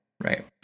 Right